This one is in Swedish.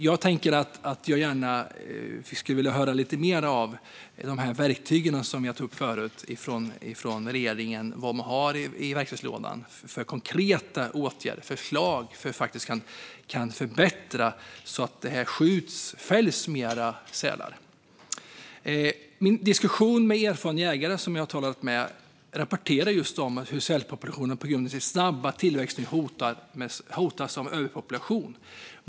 Jag skulle gärna, som jag tog upp förut, vilja höra lite mer om verktygen från regeringens sida. Vad har man för konkreta åtgärder och förslag i verktygslådan som faktiskt kan förbättra så att det fälls fler sälar? Under min diskussion med erfarna jägare rapporterar de just om hur sälpopulationen på grund av sin snabba tillväxt nu hotas av överpopulation.